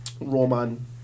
Roman